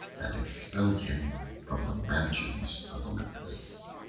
and expelled him from the mansions of olympus.